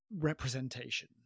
representation